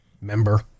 member